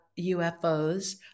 UFOs